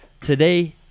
Today